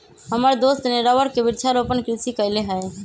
हमर दोस्त ने रबर के वृक्षारोपण कृषि कईले हई